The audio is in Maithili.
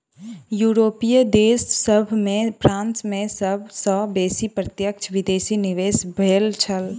यूरोपीय देश सभ में फ्रांस में सब सॅ बेसी प्रत्यक्ष विदेशी निवेश भेल छल